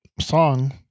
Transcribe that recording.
song